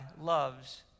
loves